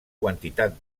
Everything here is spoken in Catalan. quantitat